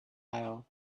aisle